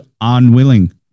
unwilling